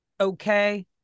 okay